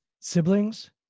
Siblings